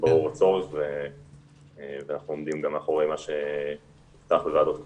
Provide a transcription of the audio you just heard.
ברור הצורך ואנחנו עומדים גם מאחורי מה שהבטחנו בוועדות הקודמות.